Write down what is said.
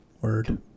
Word